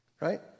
right